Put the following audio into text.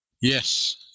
Yes